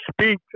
speak